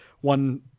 one